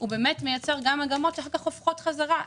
הוא מייצר גם מגמות שאחר כך מתהפכות חזרה.